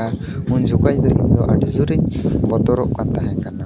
ᱟᱨ ᱩᱱ ᱡᱚᱠᱷᱚᱡ ᱫᱚ ᱤᱧᱫᱚ ᱟᱹᱰᱤ ᱡᱳᱨᱤᱧ ᱵᱚᱛᱚᱨᱚᱜ ᱠᱟᱱ ᱛᱟᱦᱮᱸ ᱠᱟᱱᱟ